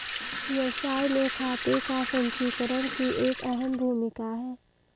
व्यवसाय में खाते का संचीकरण की एक अहम भूमिका है